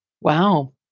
Wow